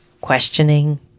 questioning